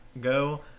go